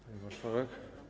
Pani Marszałek!